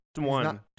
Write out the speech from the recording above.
one